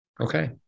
Okay